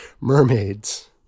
Mermaids